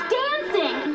dancing